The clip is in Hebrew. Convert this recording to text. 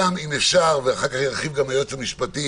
רק כשאנו יודעים שאנו בשליטה במצב,